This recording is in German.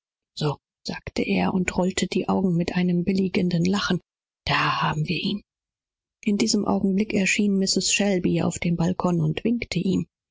da sagte er seine augen mit einem beifälligen grinsen rollend ich es festgemacht in diesem augenblicke erschien mrs shelby auf dem balkone und winkte ihm